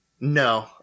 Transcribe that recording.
No